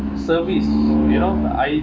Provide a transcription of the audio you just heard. service you know I